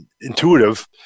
intuitive